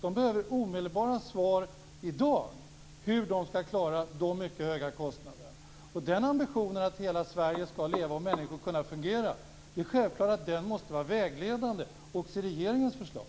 De behöver omedelbara besked i dag om hur de ska klara de mycket höga kostnaderna. Ambitionen att hela Sverige ska leva och att människor ska kunna fungera i hela landet måste självklart vara vägledande också i regeringens förslag.